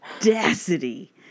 audacity